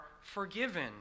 forgiven